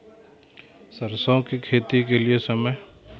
सरसों की खेती के लिए समय?